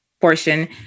portion